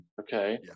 okay